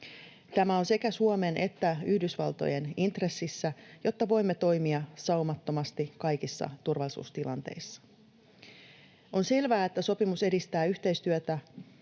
Tämä on sekä Suomen että Yhdysvaltojen intressissä, jotta voimme toimia saumattomasti kaikissa turvallisuustilanteissa. On selvää, että sopimus edistää yhteistyötä